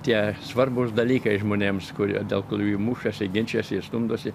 tie svarbūs dalykai žmonėms kurie dėl kurių jų mušasi ginčijasi ir stumdosi